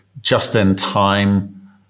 just-in-time